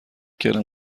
کردم